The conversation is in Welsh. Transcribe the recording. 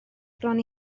bron